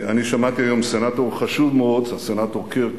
אני שמעתי היום סנטור חשוב מאוד בארצות-הברית,